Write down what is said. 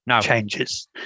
changes